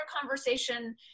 conversation